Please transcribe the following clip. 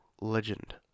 legend